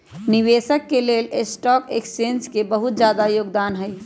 निवेशक स के लेल स्टॉक एक्सचेन्ज के बहुत जादा योगदान हई